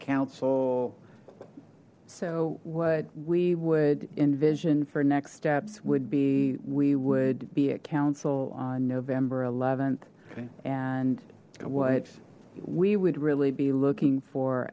council so what we would envision for next steps would be we would be a council on november th and what we would really be looking for